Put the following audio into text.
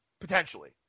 potentially